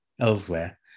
elsewhere